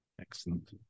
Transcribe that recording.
Excellent